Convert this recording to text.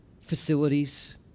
facilities